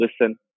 Listen